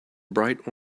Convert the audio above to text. bright